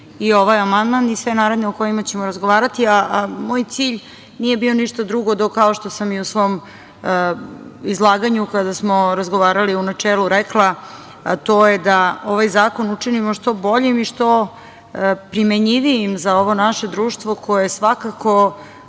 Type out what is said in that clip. i ovaj amandman i sve naredne o kojima ćemo razgovarati, a moj cilj nije bio ništa drugo, do kao što sam i u svom izlaganju kada smo razgovarali, u načelu rekla, a to je da ovaj zakon učinimo što boljim, i što primenjivijim za ovo naše društvo, koje svakako